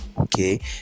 okay